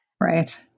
right